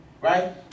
right